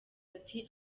ati